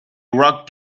rock